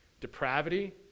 depravity